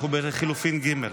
אנחנו בלחלופין ג'.